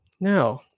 now